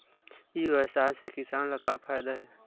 ई व्यवसाय से किसान ला का फ़ायदा हे?